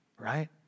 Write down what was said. right